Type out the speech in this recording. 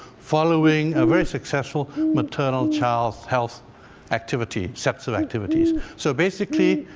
following a very successful maternal child health activity. sets of activities. so, basically,